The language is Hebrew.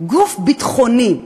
גוף ביטחוני.